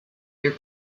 year